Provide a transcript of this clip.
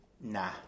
nah